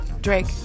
Drake